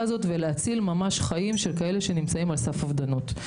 הזו ולהציל חיים של כאלה שנמצאים על סף אובדנות.